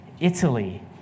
Italy